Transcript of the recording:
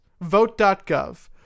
vote.gov